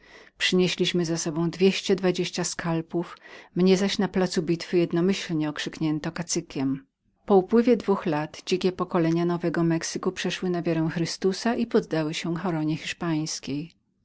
przynieśliśmy z sobą dwieście dwadzieścia czupryn mnie zaś na placu bitwy jednomyślnie okrzyknięto kacykiem po upływie dwóch lat dzikie pokolenia nowego mexyku przeszły na wiarę chrystusa i poddały się koronie hiszpańskiej